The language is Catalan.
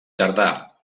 tardà